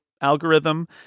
algorithm